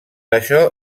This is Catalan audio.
això